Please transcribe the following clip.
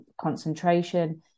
concentration